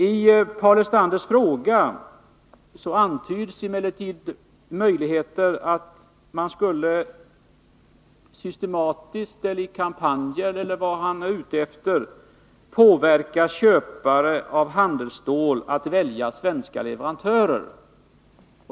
I Paul Lestanders fråga antyds möjligheten att man systematiskt —i kampanjer eller vad han nu är ute efter — skulle påverka köpare av handelsstål att välja svenska leverantörer.